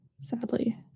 sadly